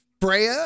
Brea